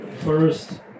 First